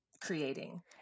creating